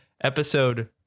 episode